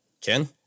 Ken